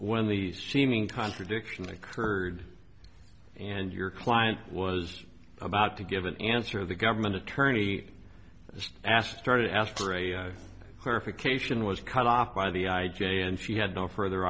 when the seeming contradiction occurred and your client was about to give an answer the government attorney asked started after a horrific ation was cut off by the i j a and she had no further